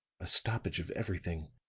a stoppage of everything,